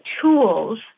tools